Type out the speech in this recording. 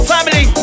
Family